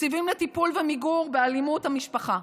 תקציבים לטיפול ומיגור באלימות במשפחה,